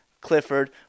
Clifford